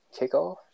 kickoff